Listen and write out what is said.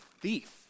thief